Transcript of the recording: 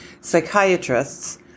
psychiatrists